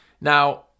Now